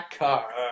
car